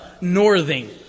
northing